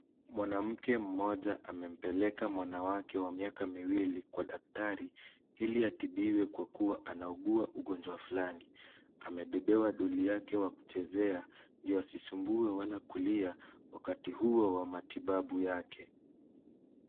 Mwanamke mmoja amempeleka mwana wake wa miaka miwili kwa daktari ili atibiwe kwa kuwa anaugua ugonjwa fulani. Amebebewa doli yake wa kuchezea ndio asisumbue wala kulia wakati huo wa matibabu yake.